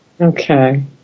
Okay